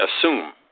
assume